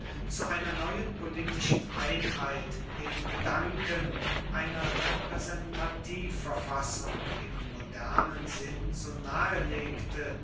zu einer neuen politischen einheit den gedanken einer repräsentativverfassung im modernen sinn so